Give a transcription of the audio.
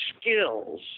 skills